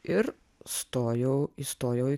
ir stojau įstojau